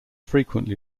frequently